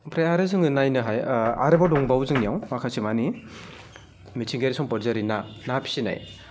ओमफ्राय आरो जोङो नायनो हायो आरोबाव दंबावो जोंनियाव माखासेमानि मिथिंगायारि सम्पद जेरै ना ना फिसिनाय